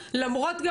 למרות גם,